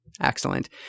excellent